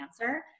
answer